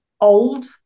old